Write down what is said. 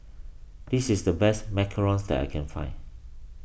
this is the best Macarons that I can find